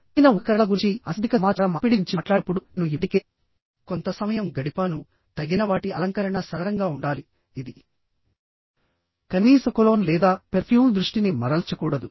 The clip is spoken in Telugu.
తగిన ఉపకరణాల గురించి అశాబ్దిక సమాచార మార్పిడి గురించి మాట్లాడినప్పుడు నేను ఇప్పటికే కొంత సమయం గడిపాను తగిన వాటి అలంకరణ సరళంగా ఉండాలి ఇది కనీస కొలోన్ లేదా పెర్ఫ్యూమ్ దృష్టిని మరల్చకూడదు